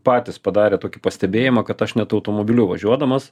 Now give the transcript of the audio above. patys padarė tokį pastebėjimą kad aš net automobiliu važiuodamas